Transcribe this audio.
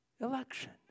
election